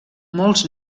molts